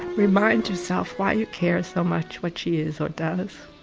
remind yourself why you care so much what she is or does.